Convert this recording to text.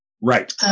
right